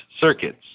circuits